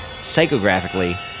psychographically